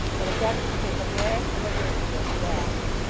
but affects to make a merit and a virtue of the act